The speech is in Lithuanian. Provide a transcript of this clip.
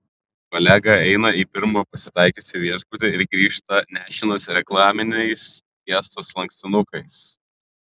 kolega eina į pirmą pasitaikiusį viešbutį ir grįžta nešinas reklaminiais fiestos lankstinukais